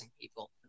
people